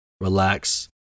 relax